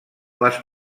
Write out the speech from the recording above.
les